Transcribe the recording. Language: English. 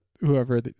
whoever